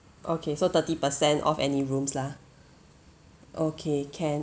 okay so thirty percent of any rooms lah okay can